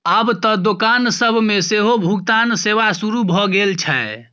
आब त दोकान सब मे सेहो भुगतान सेवा शुरू भ गेल छै